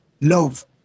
Love